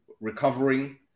recovering